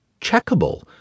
checkable